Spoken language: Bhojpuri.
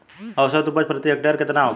औसत उपज प्रति हेक्टेयर केतना होखे?